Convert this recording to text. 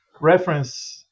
reference